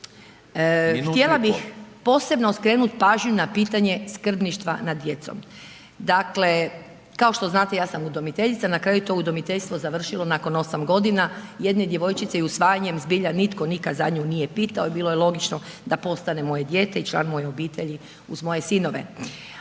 Htjela bih posebno skrenuti pažnju na pitanje skrbništva nad djecom. Dakle, kao što znate, ja sam udomiteljica, na kraju to udomiteljstvo završilo nakon 8 godina jedne djevojčice i usvajanjem zbilja nikad za nju nije pitao i bilo je logično da postane moje dijete i član moje obitelji uz moje sinove.